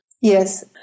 Yes